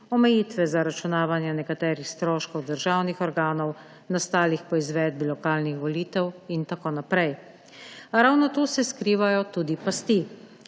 omejitve zaračunavanja nekaterih stroškov državnih organov, nastalih po izvedbi lokalnih volitev, in tako naprej. A ravno tu se skrivajo tudi pasti.